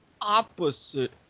opposite